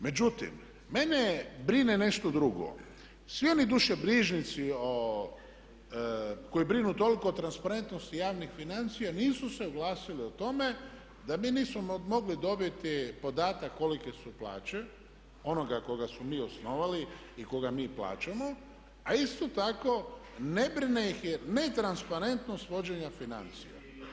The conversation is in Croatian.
Međutim, mene brine nešto drugo, svi oni dušobrižnici o, koji brinu toliko o transparentnosti javnih financija nisu se oglasili o tome da mi nismo mogli dobiti podatak kolike su plaće onoga koga smo mi osnovali i koga mi plaćamo a isto tako ne brine ih netransparentnost vođenja financija.